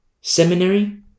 Seminary